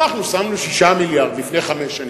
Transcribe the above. אנחנו שמנו 6 מיליארד לפני חמש שנים,